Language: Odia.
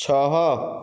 ଛଅ